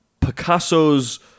Picasso's